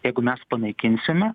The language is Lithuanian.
jeigu mes panaikinsime